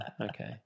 okay